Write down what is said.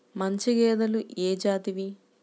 మంచి గేదెలు ఏ జాతివి?